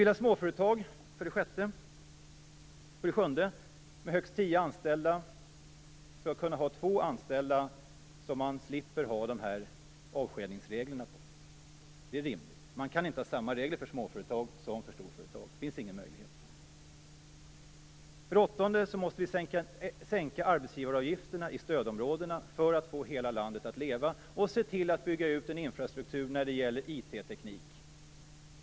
För det sjunde vill vi i Miljöpartiet att småföretag med högst tio anställda skall kunna undanta två anställda från reglerna om avskedande. Det är rimligt. Man kan inte ha samma regler för småföretag som för storföretag. Det finns ingen möjlighet. För det åttonde måste arbetsgivaravgifterna sänkas i stödområdet så att vi får hela landet att leva. Vi måste också se till att bygga ut en infrastruktur för informationsteknik.